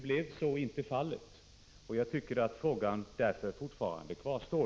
Så blev nu inte fallet, och jag tycker därför att frågan fortfarande kvarstår.